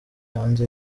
hanze